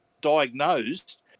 diagnosed